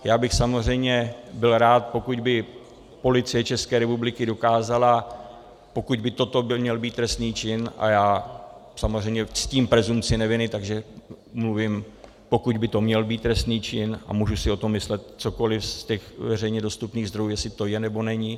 Já bych samozřejmě byl rád, pokud by Policie České republiky dokázala, pokud by toto měl být trestný čin a já samozřejmě ctím presumpci neviny, takže mluvím, pokud by to měl být trestný čin, a můžu si o tom myslet cokoliv z těch veřejně dostupných zdrojů, jestli to je, nebo není.